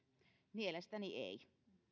mielestäni ei